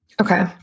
Okay